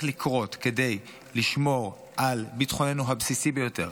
לקרות כדי לשמור על ביטחוננו הבסיסי ביותר,